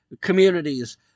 communities